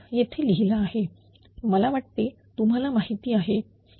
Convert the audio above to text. येथे लिहिला आहे मला वाटते तुम्हाला माहिती आहे